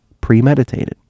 premeditated